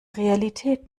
realität